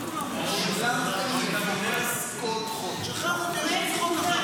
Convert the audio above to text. של מים / או תטבע בים גועש / ותחכה לשביב של אור ---//